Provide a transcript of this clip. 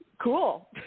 cool